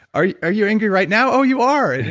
are you are you angry right now? oh you are!